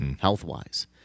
health-wise